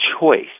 choice